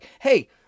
Hey